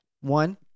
one